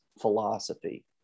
philosophy